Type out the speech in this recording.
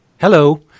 hello